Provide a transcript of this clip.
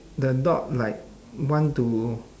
the dog like want to